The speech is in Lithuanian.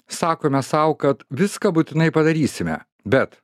sakome sau kad viską būtinai padarysime bet